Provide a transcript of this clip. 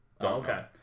Okay